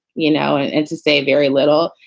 you know, and to say very little.